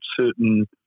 certain